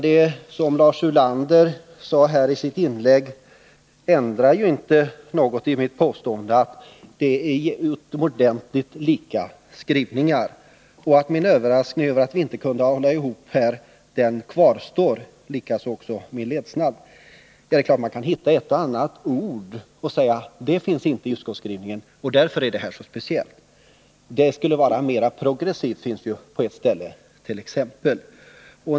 Det som Lars Ulander sade i sitt inlägg ändrar inte något i mitt påstående att skrivningarna är utomordentligt lika, och min överraskning och ledsnad över att vi inte kunde hålla ihop på den punkten kvarstår. Det är klart att man kan hitta ett och annat ord i reservationen som inte finns i utskottsskrivningen. Det sägs t.ex. i reservationen något om en mer progressiv inriktning.